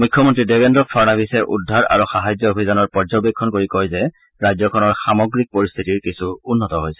মুখ্যমন্ত্ৰী দেবেন্দ্ৰ ফাড়নাৱিছে উদ্ধাৰ আৰু সাহায্য অভিযানৰ পৰ্যবেক্ষণ কৰি কয় যে ৰাজ্যখনৰ সামগ্ৰিক পৰিস্থিতি কিছু উন্নত হৈছে